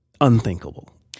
unthinkable